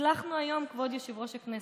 הצלחנו היום, כבוד יושב-ראש הכנסת,